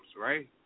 right